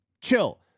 chill